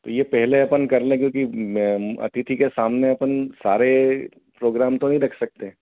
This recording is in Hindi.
तो यह पहले अपन कर लेंगे कि म अतिथि के सामने अपन सारे प्रोग्राम तो नहीं रख सकते